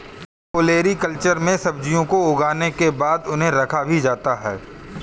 olericulture में सब्जियों को उगाने के बाद उन्हें रखा भी जाता है